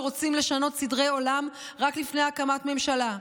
שרוצים לשנות סדרי עולם רק לפני הקמת ממשלה.